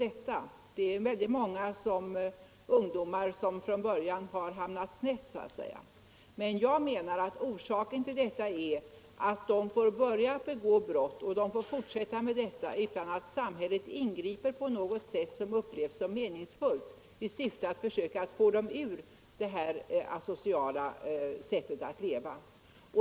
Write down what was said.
Det finns väldigt många ungdomar som från början har hamnat snett, och jag menar att orsaken till detta är att de får börja att begå brott och fortsätta med det utan att samhället ingriper på något sätt som upplevs såsom meningsfullt i syfte att försöka få dem ur det asociala sättet att leva.